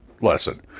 lesson